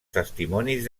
testimonis